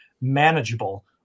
manageable